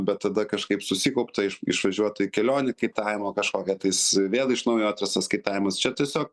bet tada kažkaip susikaupta išvažiuoti į kelionę kaitavimo kažkokią tais vėl iš naujo atrastas kaitavimas čia tiesiog